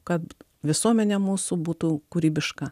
kad visuomenė mūsų būtų kūrybiška